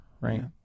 right